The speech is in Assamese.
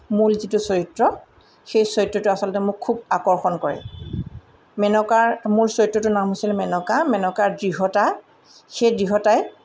মূল যিটো চৰিত্ৰ সেই চৰিত্ৰটো আচলতে মোক খুব আকৰ্ষণ কৰে মেনকাৰ মূল চৰিত্ৰটোৰ নাম হৈছিল মেনকা মেনকাৰ দৃঢ়তা সেই দৃঢ়তাই